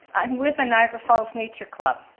i'm with the niagara falls nature club.